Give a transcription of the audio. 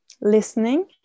listening